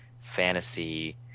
fantasy